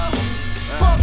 Fuck